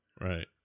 Right